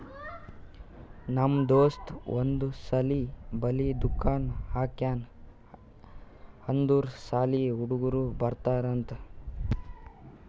ನಮ್ ದೋಸ್ತ ಒಂದ್ ಸಾಲಿ ಬಲ್ಲಿ ದುಕಾನ್ ಹಾಕ್ಯಾನ್ ಯಾಕ್ ಅಂದುರ್ ಸಾಲಿ ಹುಡುಗರು ಬರ್ತಾರ್ ಅಂತ್